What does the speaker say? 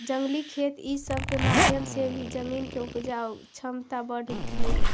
जंगली खेती ई सब के माध्यम से भी जमीन के उपजाऊ छमता बढ़ हई